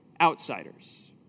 outsiders